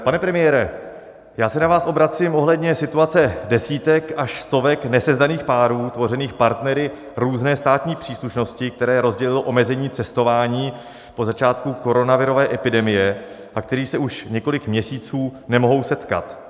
Pane premiére, obracím se na vás ohledně situace desítek až stovek nesezdaných párů tvořených partnery různé státní příslušnosti, které rozdělilo omezení cestování po začátku koronavirové epidemie a kteří se už několik měsíců nemohou setkat.